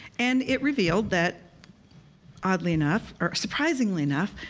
and it revealed that oddly enough, or surprisingly enough,